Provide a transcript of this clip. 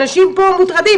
אנשים פה מוטרדים.